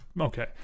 Okay